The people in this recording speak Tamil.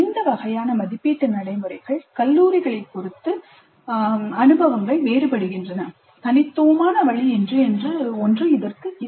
இந்த வகையான மதிப்பீட்டு நடைமுறைகள் கல்லூரிகளை பொருத்து அனுபவங்கள் வேறுபடுகின்றன தனித்துவமான வழி என்று ஒன்று இல்லை